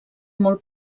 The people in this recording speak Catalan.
molt